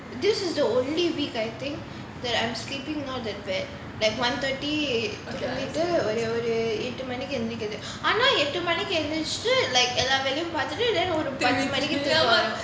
this is the only week I think that I'm sleeping not that bad like one thirty தூங்கிட்டு ஒரு எட்டு மணிக்கு எந்திரிக்கிறது ஆனா எட்டு மணிக்கு எந்திரிச்சிட்டு:thoongitu oru ettu manikku enthirikirathu aana ettu manikku enthirichitu should like எல்லா வேலையும் பார்த்துட்டு ஒரு பண்ணிரண்டு மணிக்கு தூக்கம் வரும்:ella velayum paarthutu oru pannirandu manikku thookam varum